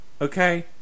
Okay